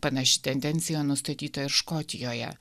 panaši tendencija nustatyta ir škotijoje